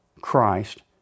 Christ